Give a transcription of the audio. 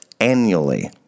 annually